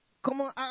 como